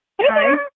Hi